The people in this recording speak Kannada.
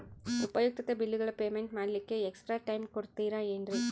ಉಪಯುಕ್ತತೆ ಬಿಲ್ಲುಗಳ ಪೇಮೆಂಟ್ ಮಾಡ್ಲಿಕ್ಕೆ ಎಕ್ಸ್ಟ್ರಾ ಟೈಮ್ ಕೊಡ್ತೇರಾ ಏನ್ರಿ?